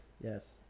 Yes